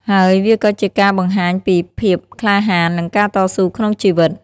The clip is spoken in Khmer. ហើយវាក៏ជាការបង្ហាញពី ភាពក្លាហាន និងការតស៊ូក្នុងជីវិត។